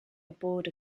aboard